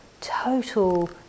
total